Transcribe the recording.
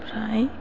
ओमफ्राय